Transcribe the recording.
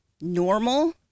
normal